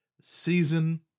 season